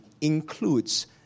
includes